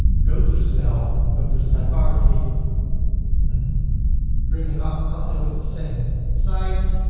go to the style. go to the typography and bring it up until it's the same size.